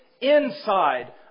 inside